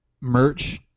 merch